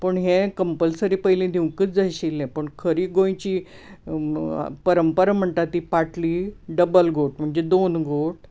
पूण हें कमपल्सरी पयलीं दिवंकूच जाय आशिल्लें पण खरी गोंयची परंपरा म्हणटा ती पाटली डब्बल गोट म्हणजे दोन गोट